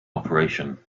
operation